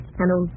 Hello